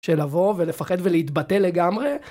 ‫של לבוא, ולפחד ולהתבטא לגמרי,